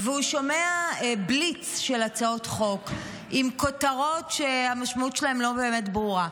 הוא שומע בליץ של הצעות חוק עם כותרות שהמשמעות שלהן לא באמת ברורה.